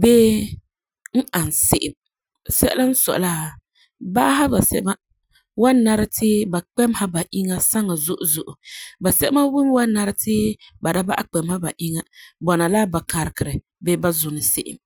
bee e ani se'em. Sɛla n sɔi la baaha basɛba wan nara ti ba kpesemsa ba iŋa saŋa zo'e zo'e basɛba mi wan nara ti ba da kpemeha ba iŋa bɔna la ba karegɛ bii ba karegɛ zuna se'em